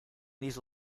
these